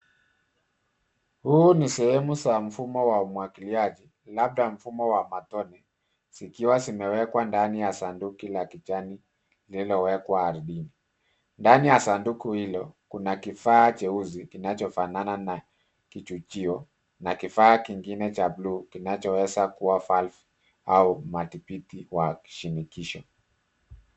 Huu ni sehemu za mfumo wa umwagiliaji, labda mfumo wa matone, zikiwa zimewekwa ndani ya sanduki la kijani lililowekwa ardhini. Ndani ya sanduku hilo kuna kifaa cheusi kinachofanana na kichujio, na kifaa kingine cha blue kinachoweza kuwa valve au matibiti wa shinikizo.